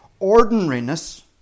ordinariness